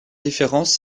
différence